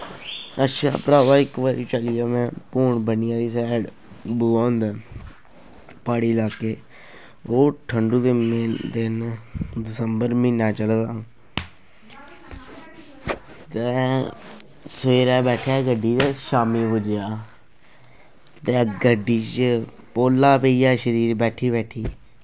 अच्छा भ्रावा इक बारी चली गेआ में पौर बनी आह्ली साइड भगवान दा प्हाड़ी लाके ओह् ठंडू दे इन्ने दिन दिसंबर म्हीना चला दा हा ते सवेरे बैठेआ गड्डी ते शाम्मी पुज्जेआ ते गड्डी च पौल्ला पेई गेआ शरीर गड्डी च बैठी बैठियै